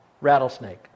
rattlesnake